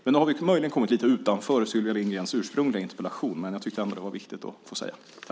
Då har vi möjligen kommit lite utanför Sylvia Lindgrens ursprungliga interpellation men jag tyckte ändå att det var viktigt att få säga det.